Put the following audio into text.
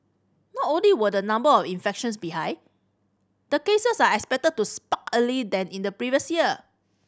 not only will the number of infections be high the cases are expected to spike earlier than in the previous years